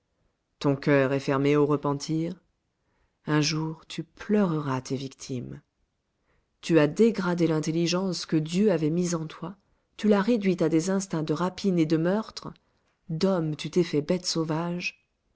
coeur est fermé au repentir un jour tu pleureras tes victimes tu as dégradé l'intelligence que dieu avait mise en toi tu l'as réduite à des instincts de rapine et de meurtre d'homme tu t'es fait bête sauvage